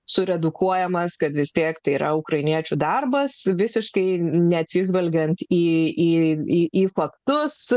suredukuojamas kad vis tiek tai yra ukrainiečių darbas visiškai neatsižvelgiant į faktus